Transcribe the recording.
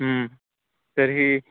तर्हि